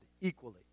equally